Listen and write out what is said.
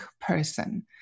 person